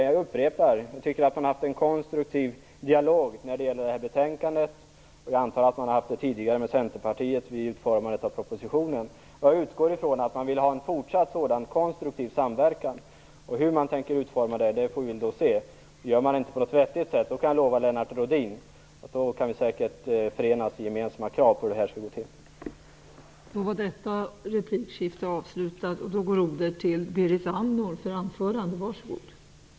Jag upprepar att jag tycker att man har haft en konstruktiv dialog när det gäller detta betänkande. Jag antar att man har haft det tidigare med Centerpartiet vid utformandet av propositionen. Jag utgår ifrån att man vill ha en fortsatt sådan konstruktiv samverkan. Hur man tänker utforma den får vi se. Gör man det inte på något vettigt sätt kan jag lova Lennart Rohdin att vi säkert kan förenas i gemensamma krav när det gäller hur arbetet skall gå till.